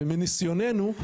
ומניסיוננו,